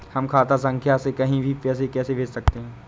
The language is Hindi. हम खाता संख्या से कहीं भी पैसे कैसे भेज सकते हैं?